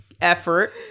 effort